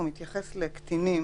זה סעיף שמתייחס לקטינים.